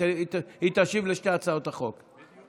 היא תשיב על שתי הצעות החוק.